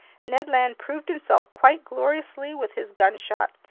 ned land proved himself quite gloriously with his gunshot.